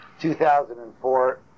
2004